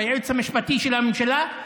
בייעוץ המשפטי לממשלה,